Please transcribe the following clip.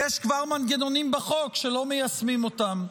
יש כבר מנגנונים בחוק שלא מיישמים אותם.